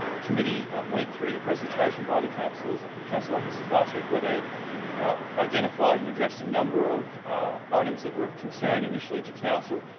the committee went through the presentation by the council council officers last week, where they identified and addressed a number of items that were of concern initially to council.